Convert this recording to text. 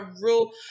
real